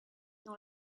dans